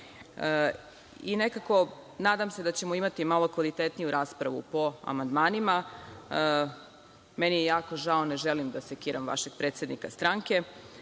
mora. Nekako, nadam se da ćemo imati malo kvalitetniju raspravu po amandmanima. Meni je jako žao, ne želim da sekiram vašeg predsednika stranke,